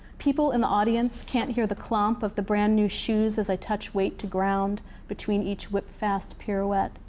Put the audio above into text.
people in the audience can't hear the clomp of the brand new shoes as i touch weight to ground between each whip fast pirouette.